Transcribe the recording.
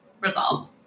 resolve